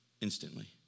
instantly